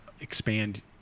expand